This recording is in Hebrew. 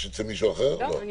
ההסתייגות לא אושרה.